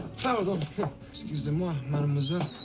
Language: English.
thousand excusez-moi, mademoiselle.